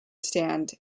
stand